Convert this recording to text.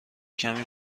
کمی